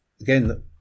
again